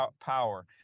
power